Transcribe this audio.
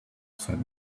said